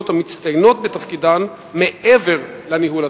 המצטיינות בתפקידן מעבר לניהול התקין?